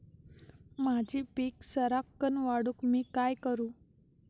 माझी पीक सराक्कन वाढूक मी काय करू?